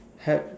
help